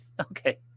Okay